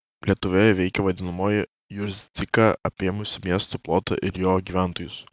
lietuvoje veikė vadinamoji jurzdika apėmusi miestų plotą ir jo gyventojus